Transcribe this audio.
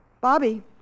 Bobby